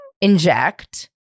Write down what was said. inject